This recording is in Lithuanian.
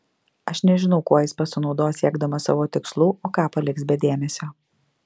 aš nežinau kuo jis pasinaudos siekdamas savo tikslų o ką paliks be dėmesio